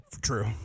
true